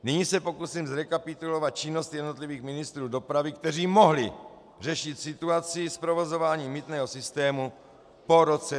Nyní se pokusím zrekapitulovat činnost jednotlivých ministrů dopravy, kteří mohli řešit situaci s provozováním mýtného systému po roce 2016.